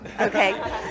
Okay